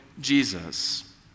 Jesus